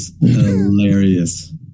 hilarious